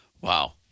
Wow